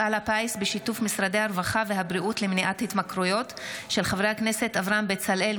הצעתם של חברי הכנסת אברהם בצלאל,